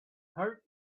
heart